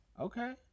Okay